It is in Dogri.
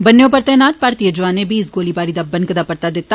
बन्ने उप्पर तैनात भारतीय जवानें बी इस गोलीबारी दा बनकदा परता दिता